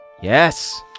Yes